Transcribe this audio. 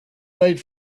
made